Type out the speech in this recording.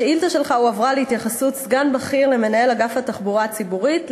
השאילתה שלך הועברה להתייחסות סגן בכיר למנהל אגף התחבורה הציבורית,